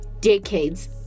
decades